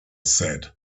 said